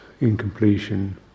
incompletion